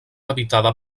habitada